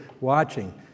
watching